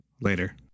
Later